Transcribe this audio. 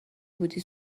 بودی